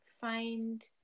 find